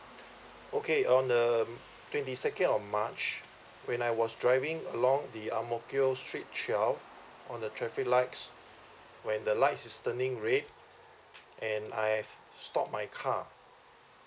okay on um twenty second of march when I was driving along the ang mo kio street twelve on the traffic lights when the light is turning red and I have stopped my car